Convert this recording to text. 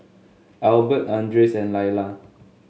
Albert Andres and Lyla